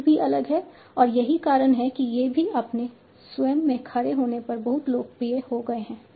मूल भी अलग है और यही कारण है कि ये भी अपने स्वयं के खड़े होने पर बहुत लोकप्रिय हो गए हैं